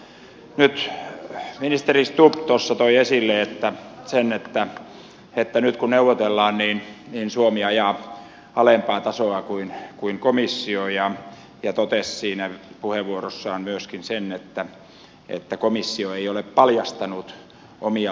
nyt ministeri stubb tuossa toi esille sen että nyt kun neuvotellaan suomi ajaa alempaa tasoa kuin komissio ja hän totesi siinä puheenvuorossaan myöskin sen että komissio ei ole paljastanut omia laskuharjoituksiaan